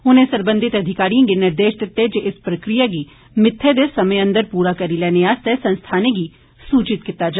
उनें सरबंधित अधिकारियें गी निर्देश दित्ते जे इस प्रक्रिया गी मित्थे दे समें अन्दर पूरा करी लैने आस्तै संस्थानें गी सूचित कीता जा